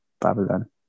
Babylon